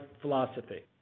philosophy